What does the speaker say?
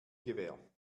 gewähr